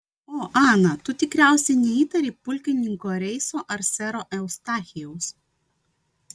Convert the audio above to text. o ana tu tikriausiai neįtari pulkininko reiso ar sero eustachijaus